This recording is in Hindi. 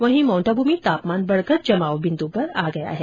वहीं माउंट आबू में तापमान बढ़कर जमाव बिन्दू पर आ गया है